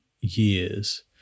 years